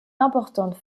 importantes